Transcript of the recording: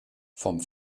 vom